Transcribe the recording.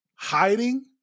Hiding